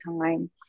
time